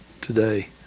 today